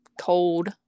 cold